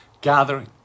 gathering